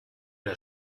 das